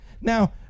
Now